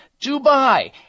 Dubai